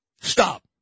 Stop